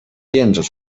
电子